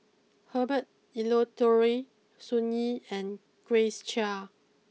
Herbert Eleuterio Sun Yee and Grace Chia